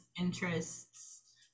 interests